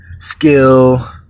skill